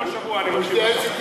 כל שבוע אני מקשיב,